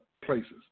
places